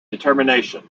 determination